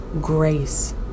Grace